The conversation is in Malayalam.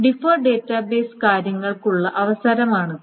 ഡിഫർഡ് ഡാറ്റാബേസ് കാര്യങ്ങൾക്കുള്ള അവസരമാണിത്